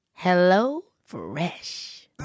HelloFresh